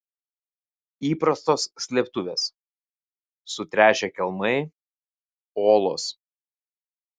įprastos slėptuvės sutręšę kelmai olos